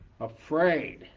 afraid